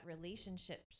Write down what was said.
relationship